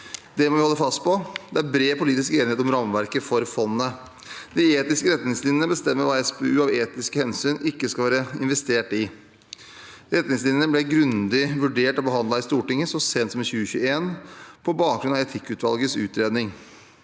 Det må vi holde fast på. Det er bred politisk enighet om rammeverket for fondet. De etiske retningslinjene bestemmer hva SPU av etiske hensyn ikke skal være investert i. Retningslinjene ble grundig vurdert og behandlet i Stortinget så sent som i 2021 på bakgrunn av etikkutvalgets utredning.